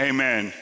Amen